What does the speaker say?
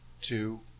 two